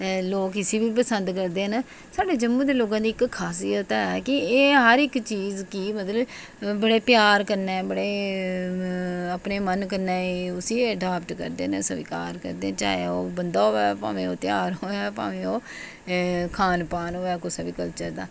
लोक इसी बी पसंद करदे न साढ़े जम्मू दे लोकें दी इक खासियत ऐ की एह् हर इक चीज गी मतलब बड़े प्यार कन्नै बड़े अपने मन कन्नै उसी अडाप्ट करदे न चाहे ओह् बंदा होऐ भामें खानपान होऐ कुसै बी कल्चर दा